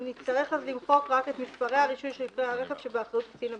נצטרך למחוק רק את "מספרי הרישוי של כלי הרכב שבאחריות קצין הבטיחות".